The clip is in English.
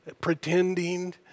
pretending